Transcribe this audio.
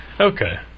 Okay